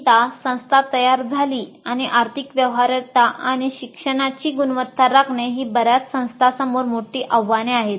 एकदा संस्था तयार झाली आणि आर्थिक व्यवहार्यता आणि शिक्षणाची गुणवत्ता राखणे ही बर्याच संस्थांसमोर मोठी आव्हाने आहेत